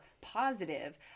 positive